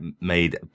made